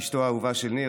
אשתו האהובה של ניר,